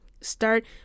start